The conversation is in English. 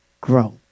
grow